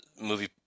movie